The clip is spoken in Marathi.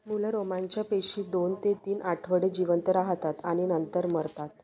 मूलरोमांच्या पेशी दोन ते तीन आठवडे जिवंत राहतात आणि नंतर मरतात